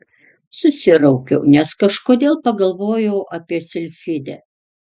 susiraukiau nes kažkodėl pagalvojau apie silfidę